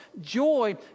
Joy